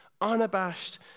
unabashed